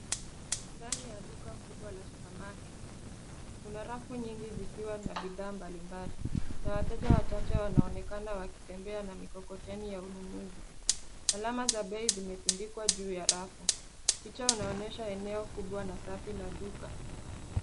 Ndani ya duka kubwa la supermarket , kuna rafu nyingi zikiwa na bidhaa mbalimbali na wateja wachache wanaonekana wakitembea na mikokoteni ya mnunuzi. Alama za bei zimetundikwa juu ya rafu. Picha inaonyesha eneo kubwa na safi la duka.